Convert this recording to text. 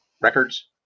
records